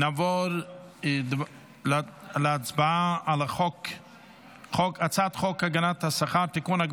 נעבור להצבעה על הצעת חוק הגנת השכר (תיקון,